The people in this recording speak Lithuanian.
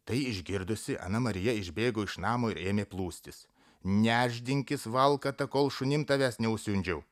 tai išgirdusi ana marija išbėgo iš namo ir ėmė plūstis nešdinkis valkata kol šunim tavęs neužsiundžiau